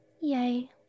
Yay